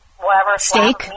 Steak